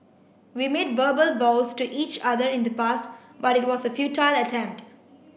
we made verbal vows to each other in the past but it was a futile attempt